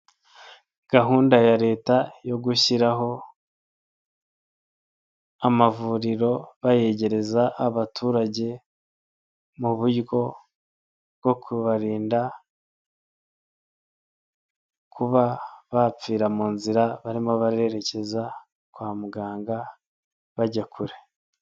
Gahunda ya leta yo gushyiraho amavuriro bayegereza abaturage mu buryo bwo kubarinda kuba bapfira mu nzira barimo barerekeza kwa muganga bajya kure.